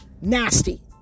Nasty